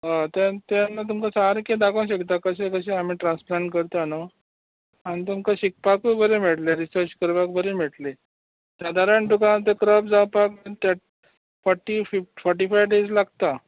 हय तेन्ना तेन्ना तुमका सारके दाखोवंक शकता कशें कशें आमी ट्रान्सप्लांट करता न्हू आनी तुमकां शिकपाकूय बरें मेळटलें रिसर्च करपाक बरी मेळटली साधारण तुका ते क्रोप जावपाक थट्ट फोट्टी फोटी फायव डेज लागता